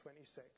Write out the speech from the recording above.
26